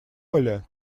оля